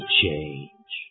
change